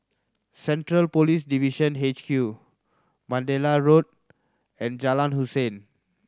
Central Police Division H Q Mandalay Road and Jalan Hussein